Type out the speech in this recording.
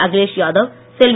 Akhilesh Yadav Selvi